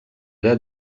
era